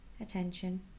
attention